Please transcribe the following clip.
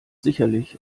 sicherlich